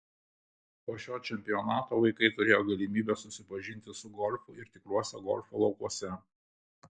po šio čempionato vaikai turėjo galimybę susipažinti su golfu ir tikruose golfo laukuose